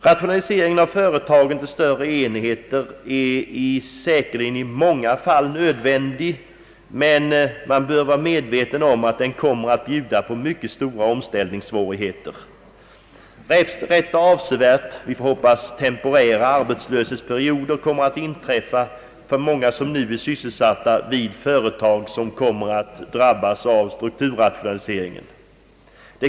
Rationalisering av företagen till större enheter är säkerligen i många fall nödvändig, men man bör vara medveten om att den kommer att bjuda på stora omställningssvårigheter. Rätt avsevärda — vi får hoppas temporära — arbetslöshetsperioder kommer att inträffa för många som nu är sysselsatta vid företag som kommer att drabbas av strukturrationalisering.